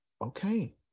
Okay